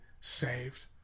saved